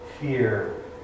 fear